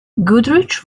goodrich